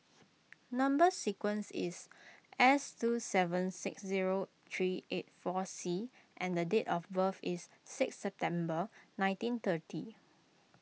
Number Sequence is S two seven six zero three eight four C and the date of birth is six September nineteen thirty